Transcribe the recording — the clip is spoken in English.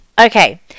okay